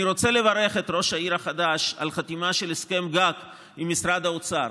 אני רוצה לברך את ראש העיר החדש על חתימה של הסכם גג עם משרד האוצר,